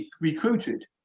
recruited